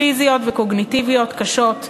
פיזיות וקוגניטיביות קשות,